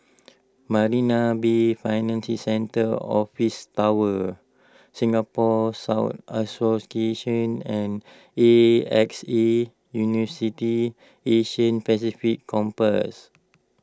Marina Bay Financial Centre Office Tower Singapore Scout Association and A X A University Asia Pacific Campus